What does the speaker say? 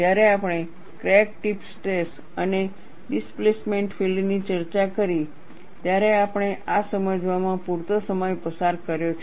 જ્યારે આપણે crack tip stress અને ડિસ્પ્લેસમેન્ટ ફીલ્ડની ચર્ચા કરી ત્યારે આપણે આ સમજવામાં પૂરતો સમય પસાર કર્યો છે